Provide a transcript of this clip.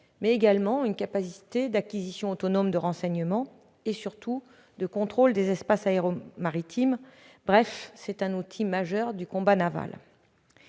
mais encore une capacité d'acquisition autonome de renseignement et, surtout, de contrôle des espaces aéromaritimes. Bref, c'est un outil majeur du combat naval.